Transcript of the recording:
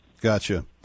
Gotcha